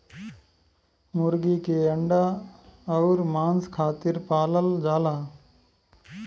मुरगी के अंडा अउर मांस खातिर पालल जाला